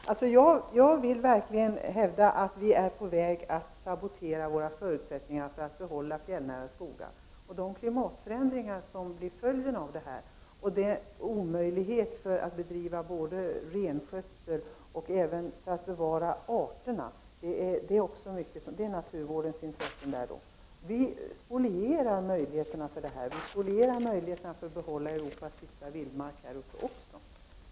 Herr talman! Jag vill verkligen hävda att vi är på väg att sabotera förutsättningarna att behålla de fjällnära skogarna. De klimatförändringar som blir följden leder till att det blir omöjligt att bedriva renskötsel och även att bevara arter, och det är också naturvårdens intressen. Vi spolierar möjligheterna att behålla Europas sista vildmark här uppe.